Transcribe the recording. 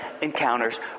encounters